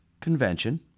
convention